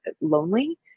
lonely